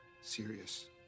serious